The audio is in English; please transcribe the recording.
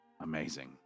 Amazing